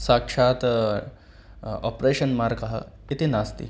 साक्षात् आप्रेशन् मार्गः इति नास्ति